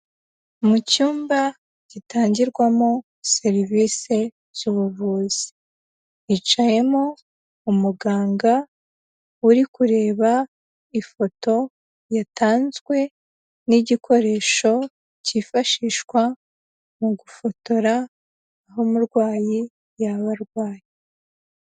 Mu cyumba gitangirwamo serivise z'ubuvuzi, hicayemo umuganga uri kureba ifoto yatanzwe n'igikoresho, cyifashishwa mu gufotora aho umurwayi yaba arwaye.